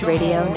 Radio